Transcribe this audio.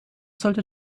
sollte